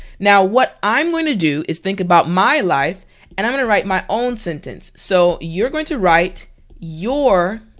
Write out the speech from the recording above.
now what i'm going to do is think about my life and i'm gonna write my own sentence so you're going to write your